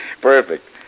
Perfect